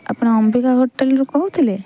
ଆପଣ ଅମ୍ବିକା ହୋଟେଲ୍ରୁ କହୁଥିଲେ